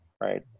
Right